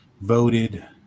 voted